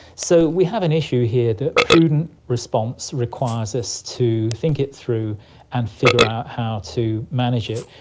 so we have an issue here that prudent response requires us to think it through and figure out how to manage it,